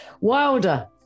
wilder